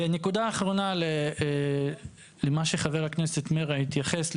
נקודה אחרונה למה שחבר הכנסת מרעי התייחס,